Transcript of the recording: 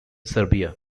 serbia